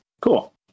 Cool